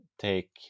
take